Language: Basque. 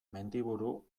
mendiburu